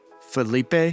Felipe